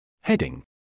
Heading